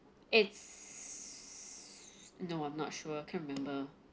it's no I'm not sure can't remember